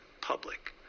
public